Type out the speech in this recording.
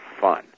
fun